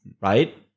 right